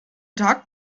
tag